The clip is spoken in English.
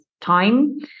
time